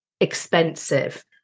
expensive